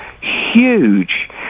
huge